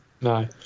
No